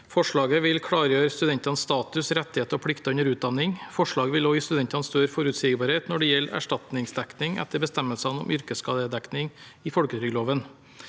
Forslaget vil klargjøre studentenes status, rettigheter og plikter under utdanning. Forslaget vil også gi studentene større forutsigbarhet når det gjelder erstatningsdekning etter bestemmelsene om yrkesskadedekning i folketrygdloven.